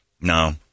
No